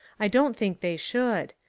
i don't think they should.